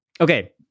Okay